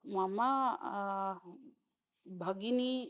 मम भगिनी